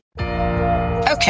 Okay